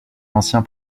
ancien